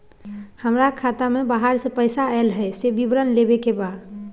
हमरा खाता में बाहर से पैसा ऐल है, से विवरण लेबे के बा?